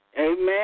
Amen